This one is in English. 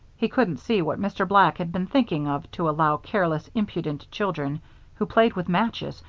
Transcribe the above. he couldn't see what mr. black had been thinking of to allow careless, impudent children who played with matches,